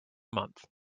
month